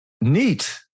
Neat